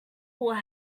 will